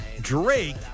Drake